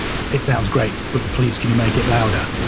it sounds great, but please can you make it louder?